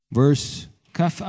verse